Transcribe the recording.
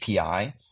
API